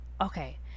Okay